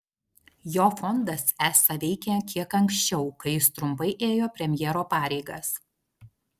jo fondas esą veikė kiek anksčiau kai jis trumpai ėjo premjero pareigas